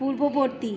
পূর্ববর্তী